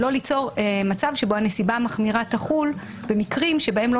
כדי לא ליצור מצב שבו הנסיבה המחמירה תחול במקרים שבהם לא